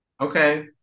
Okay